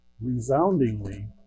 resoundingly